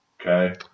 Okay